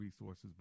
resources